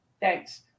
Thanks